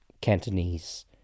Cantonese